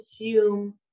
assume